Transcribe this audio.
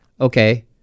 Okay